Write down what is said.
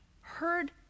heard